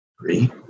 three